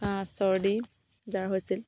চৰ্দি জ্বৰ হৈছিল